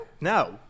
No